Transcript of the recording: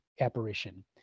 apparition